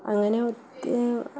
അങ്ങനെ ഒത്തിരി